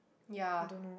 ya